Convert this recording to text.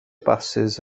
basys